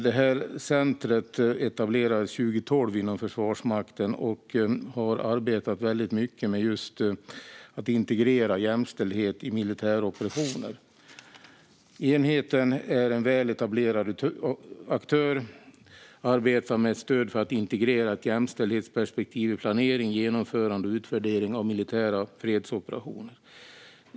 Detta center etablerades 2012 inom Försvarsmakten och har arbetat väldigt mycket med att just integrera jämställdhet i militära operationer. Enheten är en väl etablerad aktör och arbetar med stöd för att integrera ett jämställdhetsperspektiv i planering, genomförande och utvärdering av militära fredsoperationer.